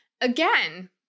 Again